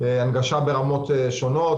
הנגשה ברמות שונות.